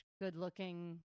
good-looking